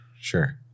Sure